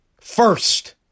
first